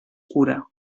cura